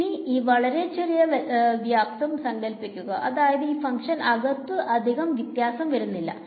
ഇനി ഈ വളരെ ചെറിയ വ്യാപ്തം സങ്കല്പിക്കുക അതായത് ഈ ഫങ്ങ്ഷൻ അകത്തു അധികം വ്യത്യാസം വരുന്നില്ല